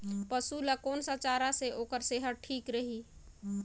पशु ला कोन स चारा से ओकर सेहत ठीक रही?